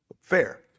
Fair